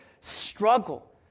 struggle